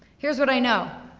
here's what i know.